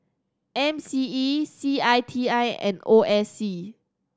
M C E C I T I and O I C